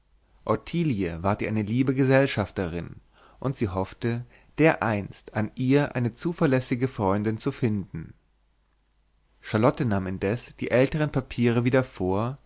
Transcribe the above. ward ihr eine liebe gesellschafterin und sie hoffte dereinst an ihr eine zuverlässige freundin zu finden charlotte nahm indes die älteren papiere wieder vor